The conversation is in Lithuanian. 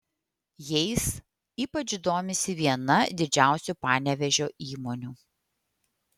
jais ypač domisi viena didžiausių panevėžio įmonių